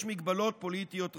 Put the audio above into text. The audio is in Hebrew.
יש מגבלות פוליטיות רבות.